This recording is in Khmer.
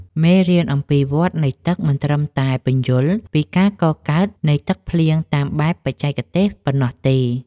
មេរៀនអំពីវដ្តនៃទឹកមិនត្រឹមតែពន្យល់ពីការកកើតនៃទឹកភ្លៀងតាមបែបបច្ចេកទេសប៉ុណ្ណោះទេ។